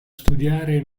studiare